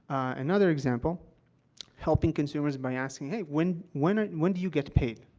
another example helping consumers by asking, hey, when when are when do you get paid?